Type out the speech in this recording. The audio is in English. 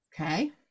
Okay